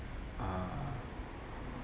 uh